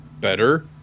better